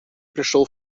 пришел